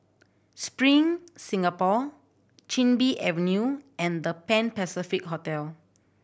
Spring Singapore Chin Bee Avenue and The Pan Pacific Hotel